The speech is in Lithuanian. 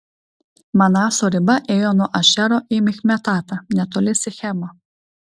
manaso riba ėjo nuo ašero į michmetatą netoli sichemo